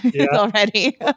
already